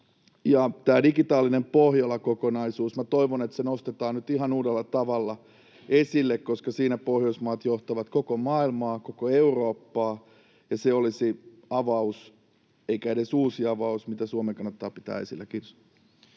tämä digitaalinen Pohjola -kokonaisuus. Minä toivon, että se nostetaan nyt ihan uudella tavalla esille, koska siinä Pohjoismaat johtavat koko maailmaa, koko Eurooppaa. Se olisi avaus, eikä edes uusi avaus, mitä Suomen kannattaa pitää esillä. — Kiitos.